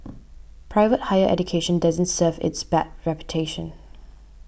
private higher education doesn't serve its bad reputation